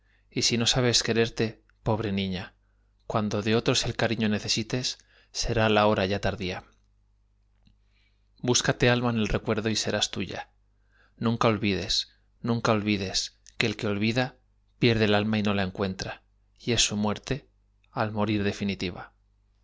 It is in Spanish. y si no sabes quererte pobre niña cuando de otros el cariño necesites será la hora ya tardía búscate alma en el recuerdo y serás tuya nunca olvides nunca olvides que el que olvida pierde el alma y no la encuentra y es su muerte al morir definitiva